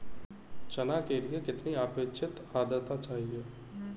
चना के लिए कितनी आपेक्षिक आद्रता चाहिए?